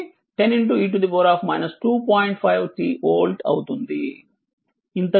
5 t volt అవుతుంది